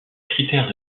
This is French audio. critère